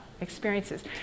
experiences